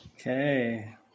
Okay